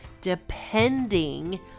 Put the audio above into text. depending